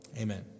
Amen